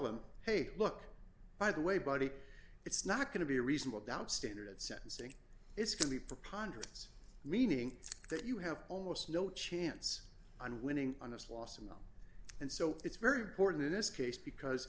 them hey look by the way buddy it's not going to be a reasonable doubt standard sentencing it's going to preponderance meaning that you have almost no chance on winning on this loss in them and so it's very important in this case because